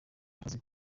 akazi